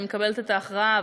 אני מקבלת את ההכרעה,